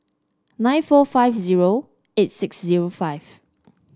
nine four five zero eight six zero five